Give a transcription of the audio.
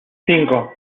cinco